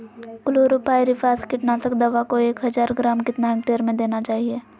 Chlorpyrifos कीटनाशक दवा को एक हज़ार ग्राम कितना हेक्टेयर में देना चाहिए?